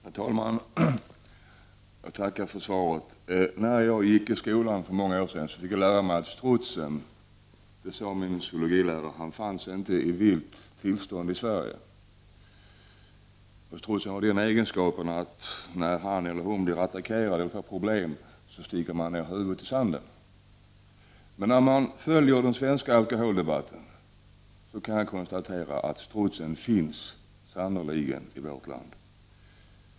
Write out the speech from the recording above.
Herr talman! Jag tackar för svaret. När jag gick i skolan för många år sedan fick jag lära mig av min zoologilärare att strutsen inte finns i vilt tillstånd i Sverige. Strutsen har den egenskapen att den när den blir attackerad av problem sticker ner huvudet i sanden. När jag följer den svenska alkoholdebatten kan jag konstatera att strutsen sannerligen finns i vårt land.